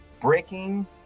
Breaking